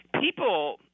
people